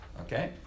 Okay